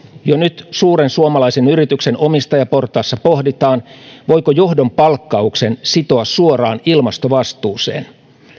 jo nyt suuren suomalaisen yrityksen omistajaportaassa pohditaan voiko johdon palkkauksen sitoa suoraan ilmastovastuuseen